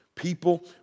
people